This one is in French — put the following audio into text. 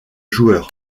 joueur